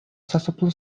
სასოფლო